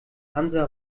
hansa